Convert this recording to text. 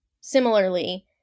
similarly